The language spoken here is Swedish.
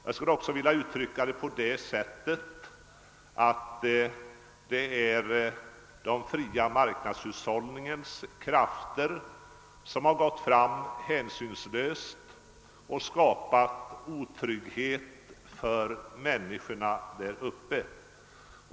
Jag skulle också vilja uttrycka det så, att det är den fria marknadshushållningens krafter som har gått fram hänsynslöst och skapat otrygghet för människorna där uppe.